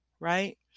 right